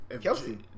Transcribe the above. Kelsey